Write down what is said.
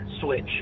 switch